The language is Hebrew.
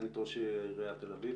סגנית ראש עיריית תל אביב.